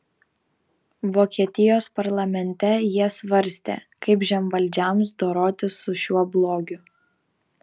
vokietijos parlamente jie svarstė kaip žemvaldžiams dorotis su šiuo blogiu